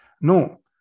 No